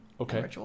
Okay